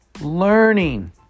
learning